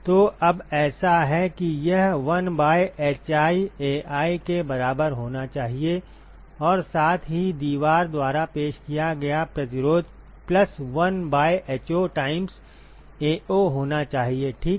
तो अब ऐसा है यह 1 बाय hiAi के बराबर होना चाहिए और साथ ही दीवार द्वारा पेश किया गया प्रतिरोध plus 1 by ho times Ao होना चाहिए ठीक